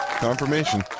Confirmation